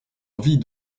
envie